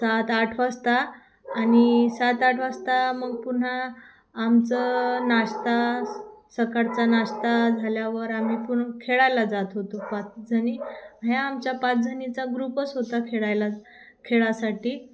सात आठ वाजता आणि सात आठ वाजता मग पुन्हा आमचं नाष्टा सकाळचा नाष्टा झाल्यावर आम्ही पुन्हा खेळायला जात होतो पाचजणी ह्या आमच्या पाचजणीचा ग्रुपच होता खेळायला खेळायसाठी